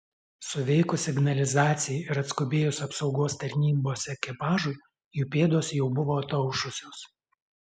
suveikus signalizacijai ir atskubėjus apsaugos tarnybos ekipažui jų pėdos jau buvo ataušusios